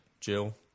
Jill